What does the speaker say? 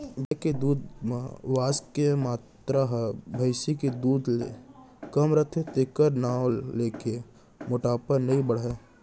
गाय के दूद म वसा के मातरा ह भईंसी के दूद ले कम रथे तेकर नांव लेके मोटापा नइ बाढ़य